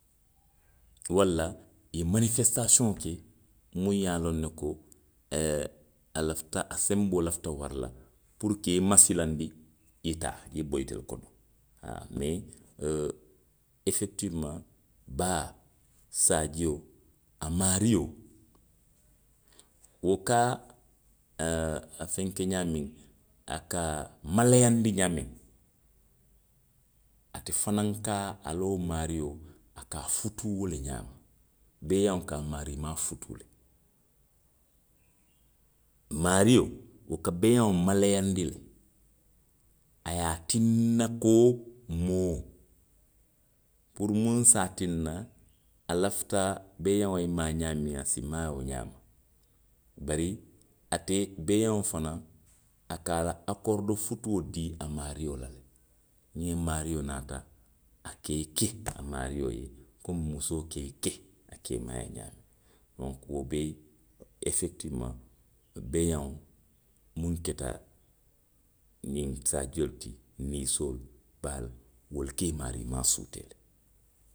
Walla i ye manifesitasiyoŋo ke muŋ ye a loŋ ne ko ee, a lafita, a senboo lafita wo le la puru ka i masilanndi i ye taa, i ye bo itelu kono; haa, mee,, efekitifomaŋ, baa, saajio. a maario. wo ka, aaa fenke ňaamiŋ, a ka a malayaandi ňaamiŋ. ate fanaŋ ka a la wo maario, a ka a futuu wo le ňaama. Beeyaŋo ka a maariimaa futuu le. Maario, wo ka beeyaŋo malayaandi le, a ye a tinna ko, moo, puru muŋ se a tinna alifita beeyaŋo lye maa ňaamiŋ, a si maa wo ňaama. Bari, ate beeyaŋo fanaŋ, a ka akoori do futuo dii a maario la le. Niŋ a maario naata, a ka i ke a maario ye le, komiŋ musoo ka i ke keemaa ye ňaamiŋ. Bow, wo be efekitifomaŋ. beeyaŋo muŋ keta, ňiŋ saajio ti. ninsoolu, baalu, wolu ka i maarii maa suutee le.